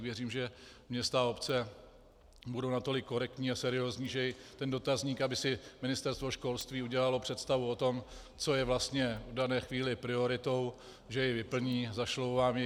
Věřím, že města a obce budou natolik korektní a seriózní, že ten dotazník, aby si Ministerstvo školství udělalo představu o tom, co je vlastně v dané chvíli prioritou, že jej vyplní, zašlou vám jej.